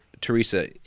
Teresa